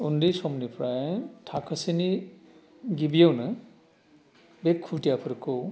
उन्दै समनिफ्राय थाखोसेनि गिबियावनो बे खुदियाफोरखौ